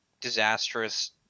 disastrous